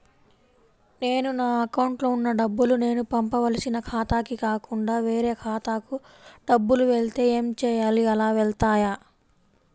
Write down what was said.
నేను నా అకౌంట్లో వున్న డబ్బులు నేను పంపవలసిన ఖాతాకి కాకుండా వేరే ఖాతాకు డబ్బులు వెళ్తే ఏంచేయాలి? అలా వెళ్తాయా?